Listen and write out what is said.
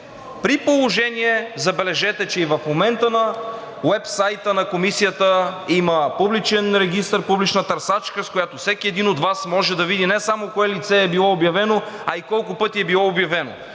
при положение, забележете, че и в момента уебсайтът на Комисията има публичен регистър, публична търсачка, с която всеки един от Вас може да види не само кое лице е било обявено, а и колко пъти е било обявено.